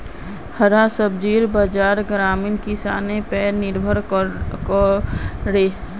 हरा सब्जिर बाज़ार ग्रामीण किसनर पोर निर्भर करोह